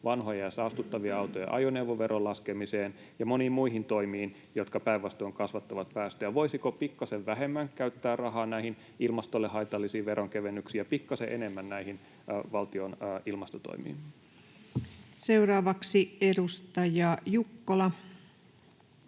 vanhojen ja saastuttavien autojen ajoneuvoveron laskemiseen ja moniin muihin toimiin, jotka päinvastoin kasvattavat päästöjä. Voisiko pikkasen vähemmän käyttää rahaa näihin ilmastolle haitallisiin veronkevennyksiin ja pikkasen enemmän näihin valtion ilmastotoimiin? [Speech 673] Speaker: